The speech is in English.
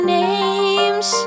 names